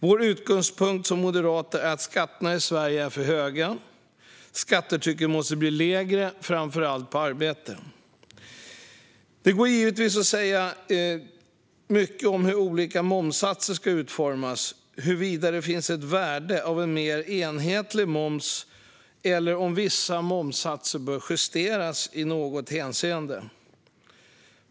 Vår utgångspunkt, som moderater, är att skatterna i Sverige är för höga. Skattetrycket måste bli lägre, framför allt på arbete. Det går givetvis att säga mycket om hur olika momssatser ska utformas, huruvida det finns ett värde av en mer enhetlig moms eller om vissa momssatser bör justeras i något hänseende.